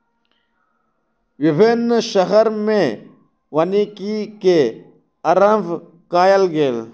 विभिन्न शहर में वानिकी के आरम्भ कयल गेल